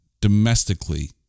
domestically